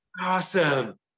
Awesome